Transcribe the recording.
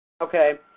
Okay